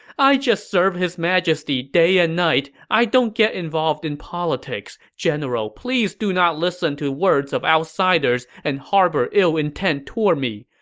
i just serve his majesty day and night. i don't get involved in politics. general, please do not listen to words of outsiders and harbor ill intent toward me.